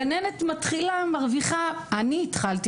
גננת מתחילה מרוויחה אני התחלתי